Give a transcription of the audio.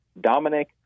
Dominic